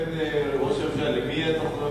בין אטיאס לבין ראש הממשלה, למי אתה,